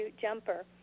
jumper